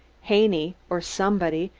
haney, or somebody,